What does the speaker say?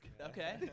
Okay